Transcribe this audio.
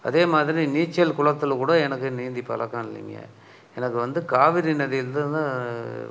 அதேமாதிரி நீச்சல் குளத்திலக்கூட எனக்கு நீந்தி பழக்கம் இல்லைங்க எனக்கு வந்து காவேரி நதியிலிருந்து